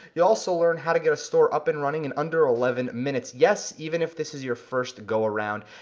you'll also learn how to get a store up and running in under eleven minutes, yes, even if this is your first go around.